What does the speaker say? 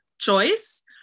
choice